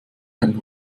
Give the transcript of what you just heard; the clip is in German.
einen